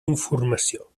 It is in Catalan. informació